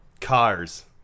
Cars